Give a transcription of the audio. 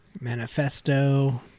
Manifesto